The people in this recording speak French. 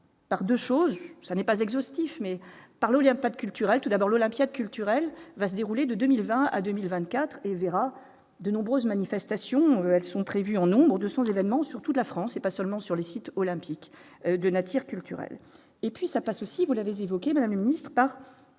par 2 choses : ça n'est pas exhaustif mais par il y a pas de culturel tout d'abord l'Olympiade culturelle va se dérouler de 2020 à 2024 et de nombreuses manifestations sont prévues en nombres de son événement sur toute la France et pas seulement sur les sites olympiques de n'attire culturel et puis ça passe aussi, vous l'avez évoqué la ministre par